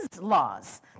laws